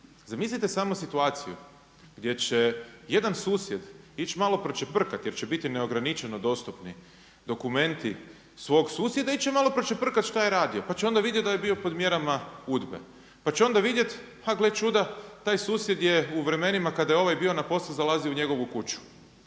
Zamislite samo situaciju, gdje će jedan susjed ići malo pročeprkat jer će biti neograničeno dostupni dokumenti, svog susjeda ići će malo pročeprkat što je radio, pa će onda vidjet da je bio pod mjerama UDBE. Pa će onda vidjeti, a gle čuda taj susjed je u vremenima kad je ovaj bio na poslu zalazio u njegovu kuću.